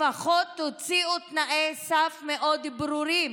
לפחות תוציאו תנאי סף מאוד ברורים.